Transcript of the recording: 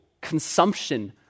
consumption